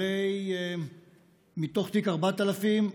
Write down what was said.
הרי מתוך תיק 4000,